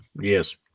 yes